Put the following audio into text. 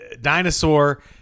dinosaur